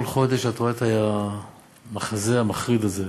כל חודש את רואה את המחזה המחריד הזה,